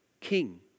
King